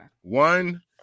One